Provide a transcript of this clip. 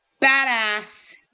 badass